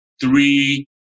Three